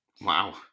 Wow